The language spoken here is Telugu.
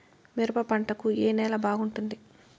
మిరప పంట కు ఏ నేల బాగుంటుంది?